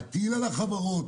להטיל על החברות.